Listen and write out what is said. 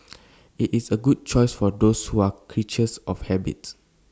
IT is A good choice for those who are creatures of habit